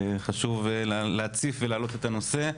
חשוב להציף ולהעלות את הנושא,